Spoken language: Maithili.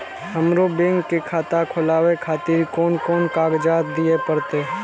हमरो बैंक के खाता खोलाबे खातिर कोन कोन कागजात दीये परतें?